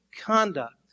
conduct